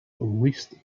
least